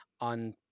on